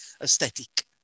aesthetic